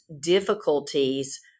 difficulties